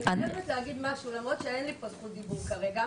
אני חייבת להגיד משהו למרות שאין לי פה זכות דיבור כרגע,